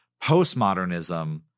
Postmodernism